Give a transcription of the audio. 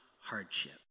hardship